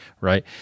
right